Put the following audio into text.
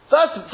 First